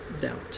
doubt